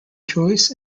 joys